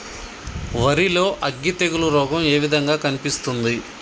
వరి లో అగ్గి తెగులు రోగం ఏ విధంగా కనిపిస్తుంది?